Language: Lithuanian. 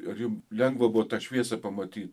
ar jum lengva buvo tą šviesą pamatyt